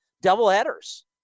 double-headers